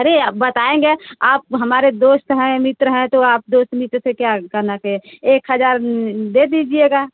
अरे अब बताएंगे आप हमारे दोस्त हैं मित्र हैं तो आप दोस्त मित्र से क्या कहना के एक हज़ार दे दीजिएगा